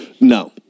No